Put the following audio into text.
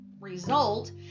result